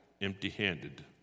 empty-handed